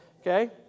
Okay